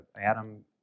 Adam